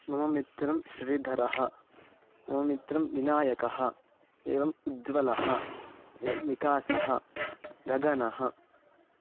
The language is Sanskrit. मम मित्रं श्रीधरः मम मित्रं विनायकः एवम् उज्वलः एवं विकासः गगनः